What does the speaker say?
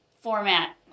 format